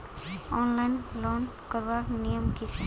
Online loan करवार नियम की छे?